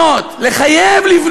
מי נגד?